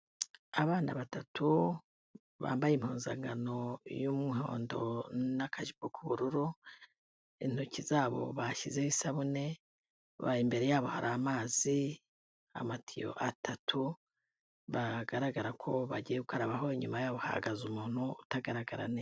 Abana batatu bambaye impuzankano y'umuhondo n'akajipo k'ubururu intoki zabo bashyizeho isabune imbere yabo hari amazi amatiyo atatu bagaragara ko bagiye gukarabaho inyuma yabo hahagaze umuntu utagaragara neza.